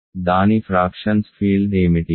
దాని fractions field ఏమిటి